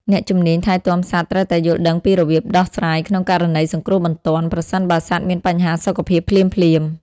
អ្នកជំនាញថែទាំសត្វត្រូវតែយល់ដឹងពីរបៀបដោះស្រាយក្នុងករណីសង្គ្រោះបន្ទាន់ ប្រសិនបើសត្វមានបញ្ហាសុខភាពភ្លាមៗ។